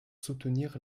soutenir